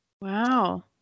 Wow